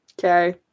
Okay